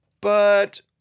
But